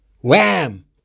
Wham